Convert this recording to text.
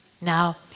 Now